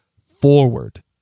forward